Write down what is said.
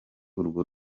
urwo